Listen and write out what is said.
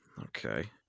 Okay